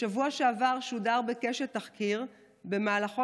בשבוע שעבר שודר בקשת תחקיר שבמהלכו